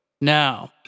Now